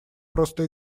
просто